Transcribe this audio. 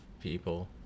people